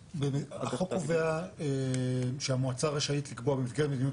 החוק קובע שהמועצה רשאית לקבוע במסגרת מדיניות